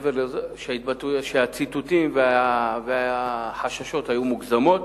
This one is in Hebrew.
והציטוטים והחששות היו מוגזמים,